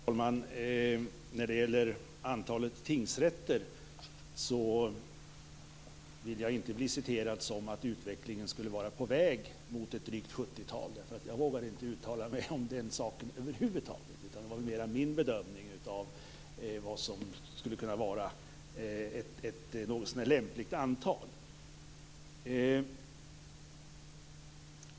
Herr talman! När det gäller antalet tingsrätter vill jag inte bli citerad som att utvecklingen skulle vara på väg mot drygt ett sjuttiotal tingsrätter. Jag vågar över huvud taget inte uttala mig om den saken, utan jag gav väl mera uttryck för min bedömning av vad som skulle kunna vara ett något så när lämpligt antal.